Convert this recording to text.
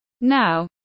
Now